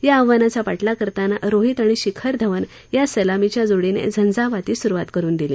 य आव्हानाचा पाठलाग करतान रोहीत आणि शिखर धवन या सलामीच्या जोडीन झंझावती सुरुवात करुन दिली